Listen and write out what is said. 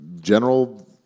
general